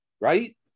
Right